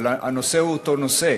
אבל הנושא הוא אותו נושא.